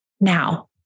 Now